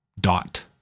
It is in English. dot